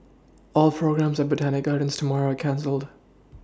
all programmes at Botanic Gardens tomorrow are cancelled